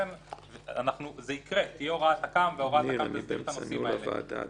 תהיה הוראת תכ"ם שתסדיר את הנושאים האלה.